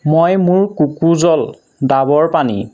মই মোৰ কোকোজল ডাবৰ পানী